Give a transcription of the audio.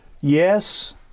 yes